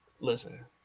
listen